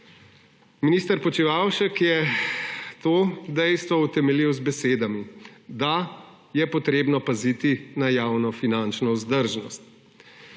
Minister Počivalšek je to dejstvo utemeljil z besedami, da je potrebno paziti na javnofinančno vzdržnost.